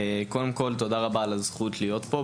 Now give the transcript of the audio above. קודם כל, תודה רבה, באמת, על הזכות להיות פה.